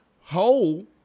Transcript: whole